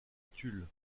tulle